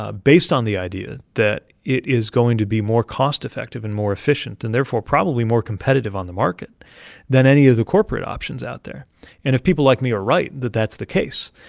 ah based on the idea that it is going to be more cost-effective and more efficient and, therefore, probably more competitive on the market than any of the corporate options out there and if people like me are right that that's the case,